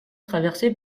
traversée